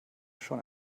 schon